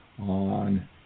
on